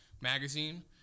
Magazine